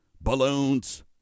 balloons